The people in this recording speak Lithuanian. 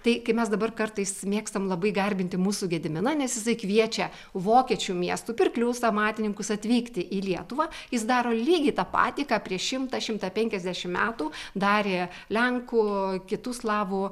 tai kai mes dabar kartais mėgstam labai garbinti mūsų gediminą nes jisai kviečia vokiečių miestų pirklius amatininkus atvykti į lietuvą jis daro lygiai tą patį ką prieš šimtą šimtą penkiasdešimt metų darė lenkų kitų slavų